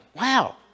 Wow